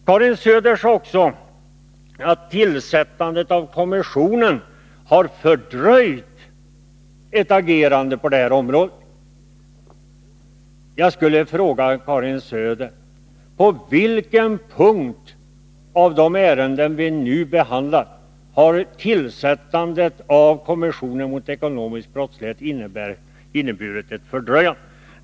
Karin Söder sade också att tillsättandet av kommissionen har fördröjt ett agerande på detta område. Jag vill fråga Karin Söder på vilken punkt av de ärenden som vi nu behandlar har tillsättandet av kommissionen mot ekonomisk brottslighet inneburit ett fördröjande.